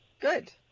Good